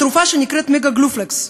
התרופה שנקראת "מגה גלופלקס",